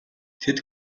тэд